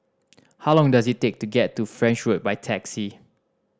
how long does it take to get to French Road by taxi